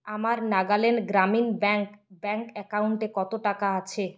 আমার Nagaland Gramin bank bank অ্যাকাউন্টে কত টাকা আছে